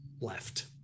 left